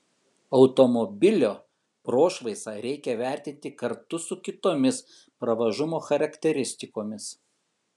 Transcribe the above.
automobilio prošvaisą reikia vertinti kartu su kitomis pravažumo charakteristikomis